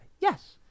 Yes